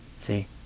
see